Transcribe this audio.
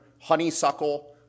honeysuckle